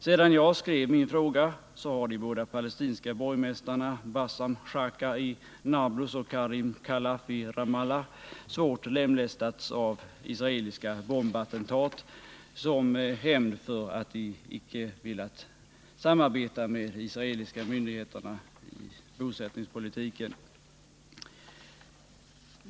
Sedan jag skrev min fråga har de båda palestinska borgmästarna Bassam Shaka i Nablus och Kaim Khalaf i Ramallah svårt lemlästats av israeliska bombattentat som hämnd för att de icke velat samarbeta med de israeliska myndigheterna i fråga om bosättningspolitiken.